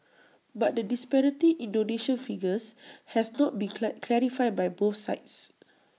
but the disparity in donation figures has not been clack clarified by both sides